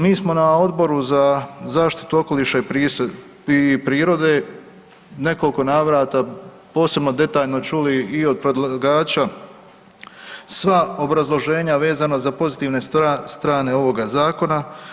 Mi smo na Odboru za zaštitu okoliša i prirode nekoliko navrata posebno detaljno čuli i od predlagača sva obrazloženja vezana za pozitivne strane ovoga zakona.